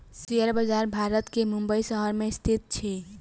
share बजार भारत के मुंबई शहर में स्थित अछि